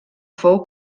fou